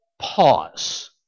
Pause